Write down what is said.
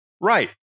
right